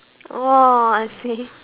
oh I see